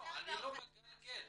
אני לא מגלגל.